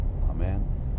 Amen